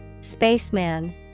spaceman